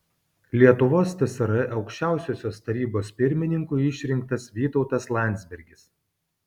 lietuvos tsr aukščiausiosios tarybos pirmininku išrinktas vytautas landsbergis